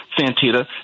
Santita